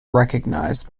recognized